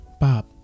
bob